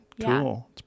cool